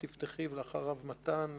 את תפתחי ואחרייך מתן,